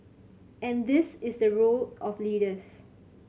and this is the role of leaders